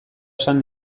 esan